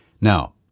Now